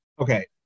Okay